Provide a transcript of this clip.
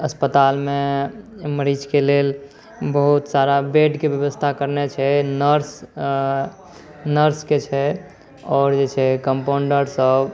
अस्पतालमे मरीज के लेल बहुत सारा बेडके व्यवस्था करने छै नर्सके छै आओर जे छै कम्पाउन्डर सब